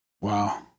Wow